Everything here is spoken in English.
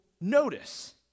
notice